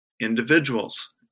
individuals